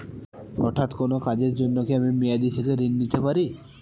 হঠাৎ কোন কাজের জন্য কি আমি মেয়াদী থেকে ঋণ নিতে পারি?